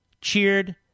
cheered